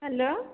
hello